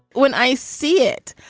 when i see it,